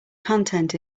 content